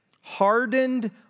hardened